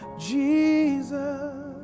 Jesus